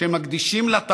שהם מקדישים לה,